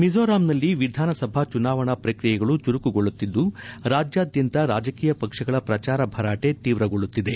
ಮಿಜೋರಾಂನಲ್ಲಿ ವಿಧಾನಸಭಾ ಚುನಾವಣಾ ಪ್ರಕ್ರಿಯೆಗಳು ಚುರುಕುಗೊಳ್ಳುತ್ತಿದ್ದು ರಾಜ್ಯಾದ್ಯಂತ ರಾಜಕೀಯ ಪಕ್ಷಗಳ ಪ್ರಚಾರ ಭರಾಟೆ ತೀವ್ರಗೊಳ್ಳುತ್ತಿದೆ